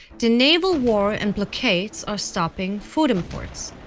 the naval war and blockades are stopping food imports.